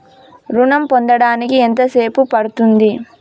ఋణం పొందడానికి ఎంత సేపు పడ్తుంది?